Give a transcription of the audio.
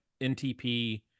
NTP